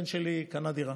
הבן שלי קנה דירה